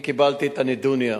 אני קיבלתי את הנדוניה